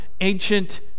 ancient